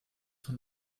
von